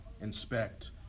inspect